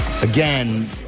Again